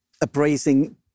appraising